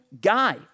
guy